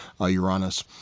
uranus